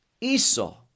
Esau